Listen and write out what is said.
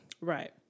Right